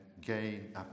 gain